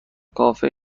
کافه